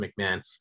mcmahon